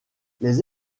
les